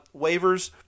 waivers